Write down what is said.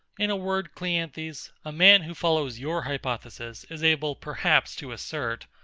in a word, cleanthes, a man who follows your hypothesis is able perhaps to assert,